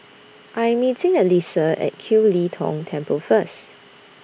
I'm meeting Elisa At Kiew Lee Tong Temple First